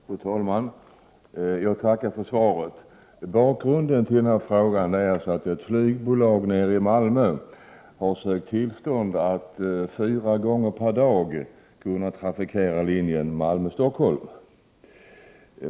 Fru talman! Jag tackar för svaret. Bakgrunden till frågan är att ett flygbolag i Malmö har sökt tillstånd att fyra gånger per dag trafikera linjen Malmö-Stockholm.